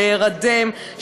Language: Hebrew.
להירדם,